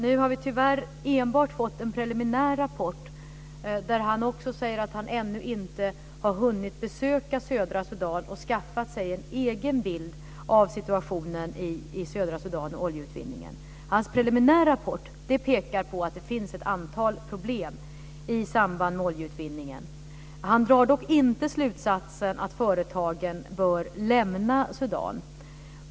Nu har vi tyvärr fått enbart en preliminär rapport där han säger att han ännu inte har hunnit att besöka södra Sudan och skaffa sig en egen bild över situationen där och oljeutvinningen. Hans preliminära rapport pekar på att det finns ett antal problem i samband med oljeutvinningen. Han drar dock inte slutsatsen att företagen bör lämna Sudan.